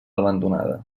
abandonada